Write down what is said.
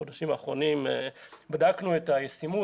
אנחנו בחודשים האחרונים בדקנו את הישימות,